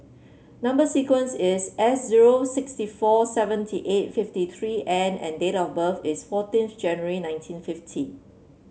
number sequence is S zero sixty four seventy eight fifty three N and date of birth is fourteenth January nineteen fifty